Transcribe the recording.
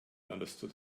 understood